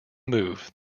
move